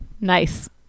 Nice